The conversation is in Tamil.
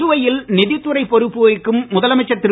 புதுவையில் நிதித்துறை பொறுப்பு வகிக்கும் முதலமைச்சர் திரு